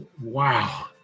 wow